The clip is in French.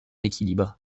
équilibre